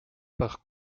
par